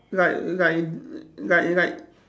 like like like like